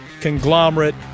conglomerate